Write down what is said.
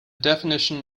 definition